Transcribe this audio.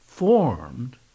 formed